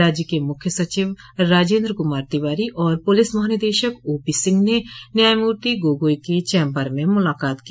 राज्य के मुख्य सचिव राजेन्द्र कुमार तिवारी और पुलिस महानिदेशक ओ पी सिंह ने न्यायमूर्ति गोगोई के चैम्बर में मुलाकात की